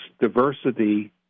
diversity